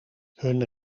hun